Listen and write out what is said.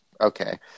okay